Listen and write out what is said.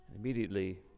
Immediately